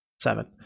seven